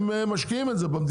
הם משקיעים את זה במדינה,